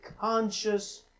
conscious